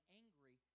angry